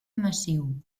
massiu